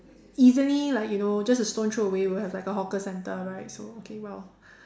easily like you know just a stone throw away we'll have like a hawker centre right so okay well